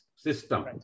system